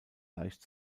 leicht